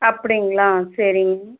அப்படீங்களா சரிங்க